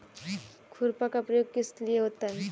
खुरपा का प्रयोग किस लिए होता है?